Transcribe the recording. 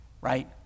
right